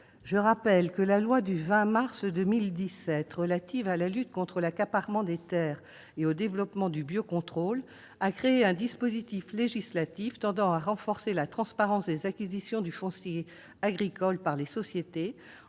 Je rappelle que la loi du 20 mars 2017 relative à la lutte contre l'accaparement des terres et au développement du biocontrôle a instauré un dispositif législatif tendant à renforcer la transparence des acquisitions du foncier agricole par les sociétés,